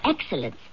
excellence